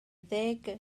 ddeg